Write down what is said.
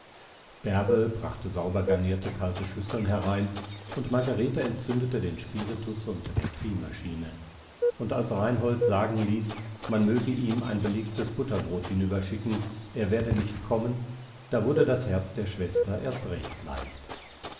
bärbe brachte sauber garnierte kalte schüsseln herein und margarete entzündete den spiritus unter der theemaschine und als reinhold sagen ließ man möge ihm ein belegtes butterbrot hinüberschicken er werde nicht kommen da wurde das herz der schwester erst recht leicht